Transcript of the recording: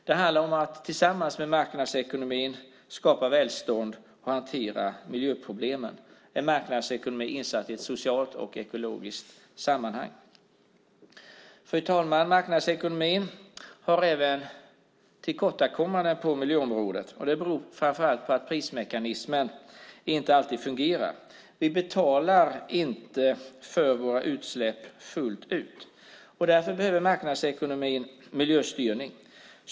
Det handlar om att tillsammans med marknadsekonomin skapa välstånd och hantera miljöproblemen, en marknadsekonomi insatt i ett socialt och ekologiskt sammanhang. Marknadsekonomin har även tillkortakommanden på miljöområdet. Det beror framför allt på att prismekanismerna inte alltid fungerar. Vi betalar inte fullt ut för våra utsläpp. Därför behöver marknadsekonomin miljöstyrning.